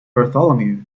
bartholomew